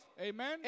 Amen